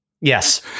Yes